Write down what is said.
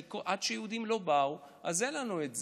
כי עד שיהודים לא באו אז אין לנו את זה.